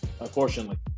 unfortunately